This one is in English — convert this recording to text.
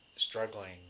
struggling